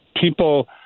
people